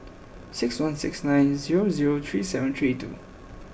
six one six nine zero zero three seven three two